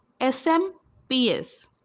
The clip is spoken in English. SMPS